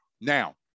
Now